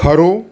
ખરું